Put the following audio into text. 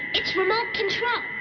it's remote control.